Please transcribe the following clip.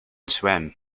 swim